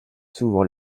souvent